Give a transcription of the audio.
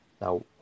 Now